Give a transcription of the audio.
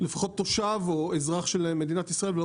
לפחות תושב או אזרח של מדינת ישראל ולא